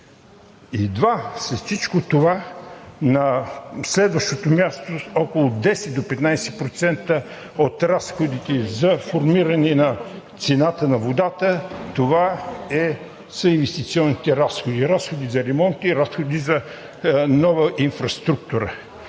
на следващото място, около 10 до 15% от разходите за формиране цената на водата, това са инвестиционните разходи – разходи за ремонт, разходи за нова инфраструктура.